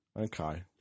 Okay